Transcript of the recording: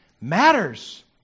matters